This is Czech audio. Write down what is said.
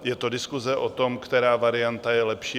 Je to diskuse o tom, která varianta je lepší.